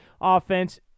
offense